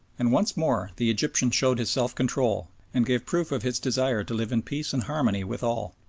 and once more the egyptian showed his self-control and gave proof of his desire to live in peace and harmony with all.